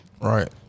Right